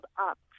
up